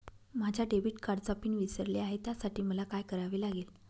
माझ्या डेबिट कार्डचा पिन विसरले आहे त्यासाठी मला काय करावे लागेल?